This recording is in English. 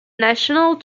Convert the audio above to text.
national